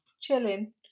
chilling